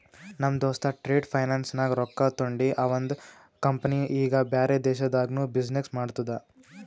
ನಮ್ ದೋಸ್ತ trade finance ನಾಗ್ ರೊಕ್ಕಾ ತೊಂಡಿ ಅವಂದ ಕಂಪನಿ ಈಗ ಬ್ಯಾರೆ ದೇಶನಾಗ್ನು ಬಿಸಿನ್ನೆಸ್ ಮಾಡ್ತುದ